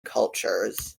cultures